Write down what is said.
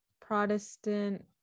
protestant